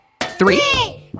Three